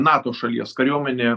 nato šalies kariuomenė